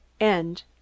End